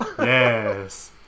Yes